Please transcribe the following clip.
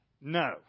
No